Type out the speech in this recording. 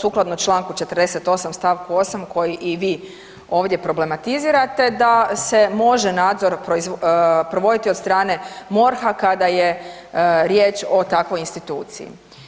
sukladno Članku 48. stavku 8. koji i vi ovdje problematizirate da se može nadzor provoditi od strane MORH-a kada je riječ o takvoj instituciji.